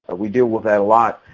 ah we deal with a lot.